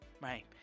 Right